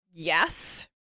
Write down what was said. Yes